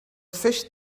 fish